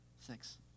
six